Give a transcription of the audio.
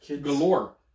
galore